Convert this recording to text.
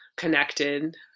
connected